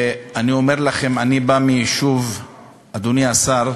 אני אומר לכם, אני בא, אדוני השר,